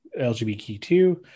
LGBTQ